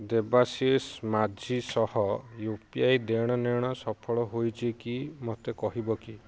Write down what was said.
ଦେବାଶିଷ ମାଝୀ ସହ U P I ଦେଣ ନେଣ ସଫଳ ହୋଇଛି କି ମୋତେ କହିବ କି